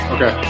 Okay